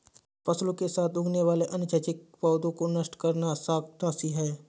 फसलों के साथ उगने वाले अनैच्छिक पौधों को नष्ट करना शाकनाशी है